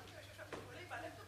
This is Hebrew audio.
חבריי וחברותיי חברות הכנסת,